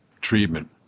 treatment